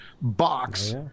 box